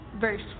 verse